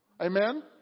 Amen